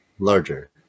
Larger